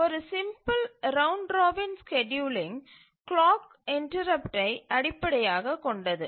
ஒரு simple round robin scheduling clock இன்டரப்டை அடிப்படையாக கொண்டது